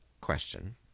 question